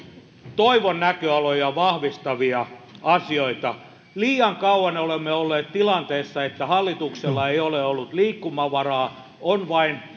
toivon näköaloja vahvistavia asioita liian kauan olemme olleet tilanteessa että hallituksella ei ole ollut liikkumavaraa on vain